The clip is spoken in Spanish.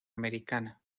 americana